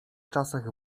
czasach